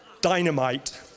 dynamite